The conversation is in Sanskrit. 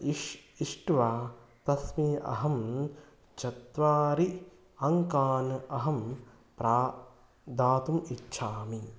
इष् इष्ट्वा तस्मिन् अहं चत्वारि अङ्कान् अहं प्रा दातुम् इच्छामि